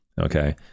okay